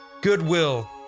goodwill